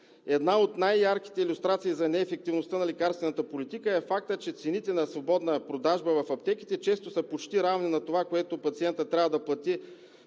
Една от най-ярките илюстрации за неефективността на лекарствената политика е фактът, че цените на свободна продажба в аптеките често са почти равни на това, което пациентът трябва да плати